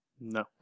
No